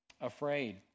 afraid